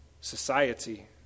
society